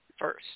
first